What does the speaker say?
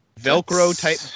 Velcro-type